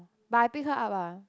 but I pick her up ah